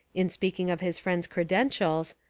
in speaking of his friend's credentials,